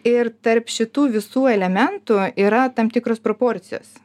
ir tarp šitų visų elementų yra tam tikros proporcijos